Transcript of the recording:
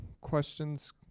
questions